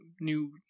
New